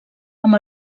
amb